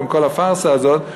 וכל הפארסה הזאת,